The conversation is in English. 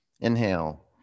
Inhale